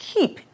Keep